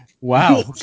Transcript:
Wow